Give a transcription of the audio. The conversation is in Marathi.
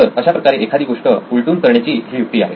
तर अशाप्रकारे एखादी गोष्ट उलटून करण्याची ही युक्ती आहे